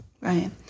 Right